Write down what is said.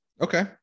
okay